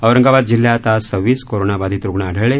औरंगाबाद जिल्ह्यात आज सव्वीस कोरोनाबाधित रुग्ण आढळले